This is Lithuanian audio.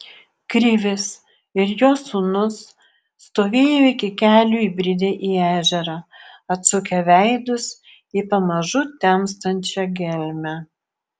krivis ir jo sūnus stovėjo iki kelių įbridę į ežerą atsukę veidus į pamažu temstančią gelmę